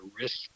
risk